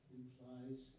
implies